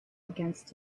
against